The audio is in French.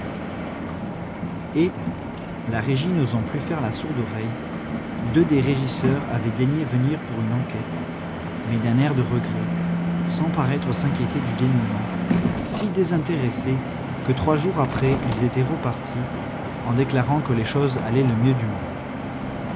la régie n'osant plus faire la sourde oreille deux des régisseurs avaient daigné venir pour une enquête mais d'un air de regret sans paraître s'inquiéter du dénouement si désintéressés que trois jours après ils étaient repartis en déclarant que les choses allaient le mieux du monde